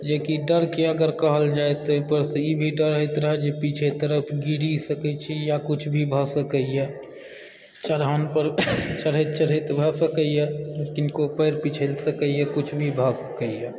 जेकि डरके अगर कहल जाइ ताहि पर से ई भी डर होयत रहय जे पीछे तरफ गिर भी सकैत छी वा किछु भी भऽ सकयए चढ़ान पर चढ़ैत चढ़ैत भऽ सकयए किनको पयर फिसल सकयए किछु भी भए सकयए